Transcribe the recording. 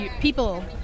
people